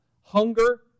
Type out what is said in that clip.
hunger